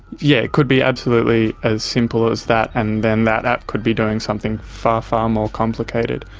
yeah it could be absolutely as simple as that, and then that app could be doing something far, far more complicated.